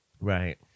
Right